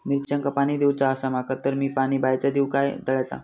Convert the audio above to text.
मिरचांका पाणी दिवचा आसा माका तर मी पाणी बायचा दिव काय तळ्याचा?